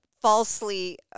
falsely